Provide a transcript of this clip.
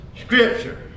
Scripture